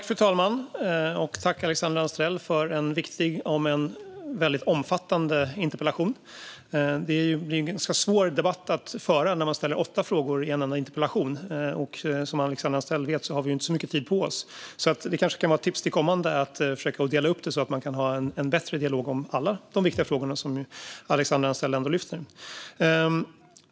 Fru talman! Tack, Alexandra Anstrell, för en viktig om än väldigt omfattande interpellation! Det blir en ganska svår debatt att föra när det ställts åtta frågor i en enda interpellation. Som Alexandra Anstrell vet har vi inte så mycket tid på oss. Det kanske kan vara ett tips inför kommande debatter att försöka dela upp det så att man kan ha en bättre dialog om alla de viktiga frågor som Alexandra Anstrell lyfter.